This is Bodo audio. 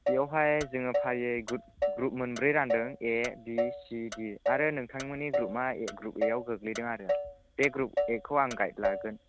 बेयावहाय जोङो फारियै ग्रुप ग्रुप मोनब्रै रानदों ए बि सि डि आरो नोंथांमोननि ग्रुपमा ए ग्रुपआव गोग्लैदों आरो बे ग्रुप एखौ आं गाइड लागोन